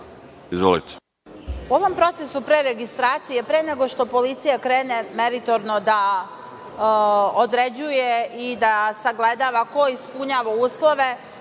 izvolite.